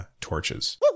torches